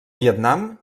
vietnam